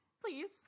Please